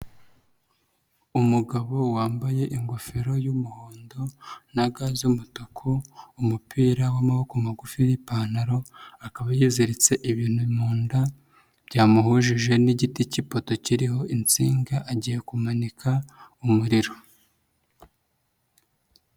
Umugabo wambaye ingofero y'umuhondo na ga z'umutuku, umupira w'amaboko magufi n'ipantaro, akaba yiziritse ibintu mu nda, byamuhujije n'igiti cy'ipoto kiriho insinga agiye kumanika mu umuriro.